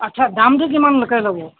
আচ্ছা দামটো কিমানকৈ ল'ব